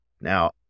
Now